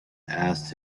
asked